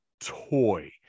toy